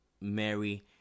Mary